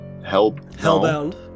Hellbound